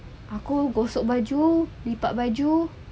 aku gosok baju lipat baju